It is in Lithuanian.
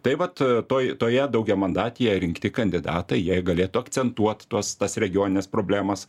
tai vat toj toje daugiamandatėje rinkti kandidatai jie galėtų akcentuot tuos tas regionines problemas